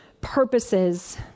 purposes